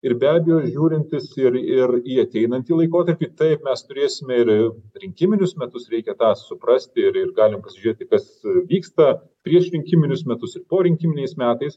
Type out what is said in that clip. ir be abejo žiūrintis ir ir į ateinantį laikotarpį taip mes turėsime ir rinkiminius metus reikia tą suprasti ir ir galim pasižiūrėti kas vyksta priešrinkiminius metus ir porinkiminiais metais